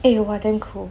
eh !wah! damn cool